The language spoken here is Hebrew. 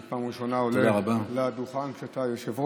אני פעם ראשונה עולה לדוכן כשאתה היושב-ראש.